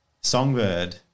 Songbird